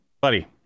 buddy